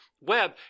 web